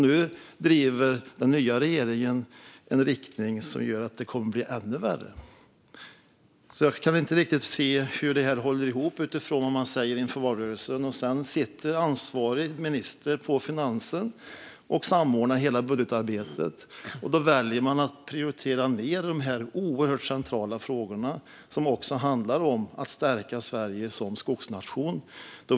Nu driver den nya regeringen i en riktning som gör att det kommer att bli ännu värre. Jag kan inte riktigt se hur det här håller ihop med vad man sa i valrörelsen. När ansvarig minister på Finansdepartementet sitter och samordnar hela budgetarbetet väljer man att prioritera ned dessa oerhört centrala frågor, som handlar om att stärka Sverige som skogsnation.